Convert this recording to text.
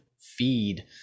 feed